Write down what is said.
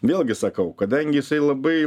vėlgi sakau kadangi jisai labai